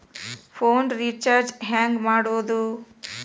Phone recharge ಹೆಂಗೆ ಮಾಡೋದು?